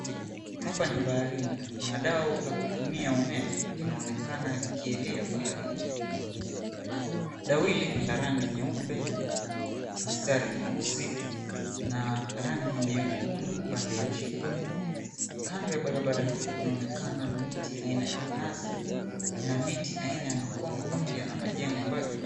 Hapa ni baharini. Kuna dau la kutumia umeme, linaonekana likielea baharini. Dau hili lina rangi nyeupe, mstari mweusi, na rangi nyekundu upande wa chini. Kando ya barabara hii kunaonekana miti aina ya mnazi na miti aina ya makonge pamoja na majengo mbalimbali.